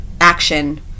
action